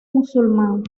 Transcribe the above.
musulmán